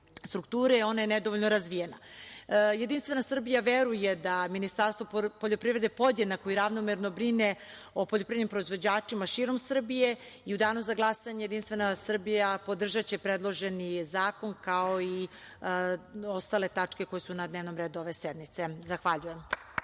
strukture ona je nedovoljno razvijena. Jedinstvena Srbija veruje da Ministarstvo poljoprivrede podjednako i ravnomerno brine o poljoprivrednim proizvođačima širom Srbije.U danu za glasanje JS podržaće predloženi zakon, kao i ostale tačke koje su na dnevnom redu ove sednice. Zahvaljujem.